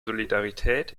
solidarität